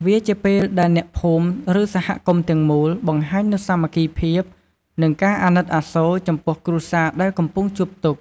វាជាពេលដែលអ្នកភូមិឬសហគមន៍ទាំងមូល បង្ហាញនូវសាមគ្គីភាព និងការអាណិតអាសូរ ចំពោះគ្រួសារដែលកំពុងជួបទុក្ខ។